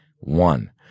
One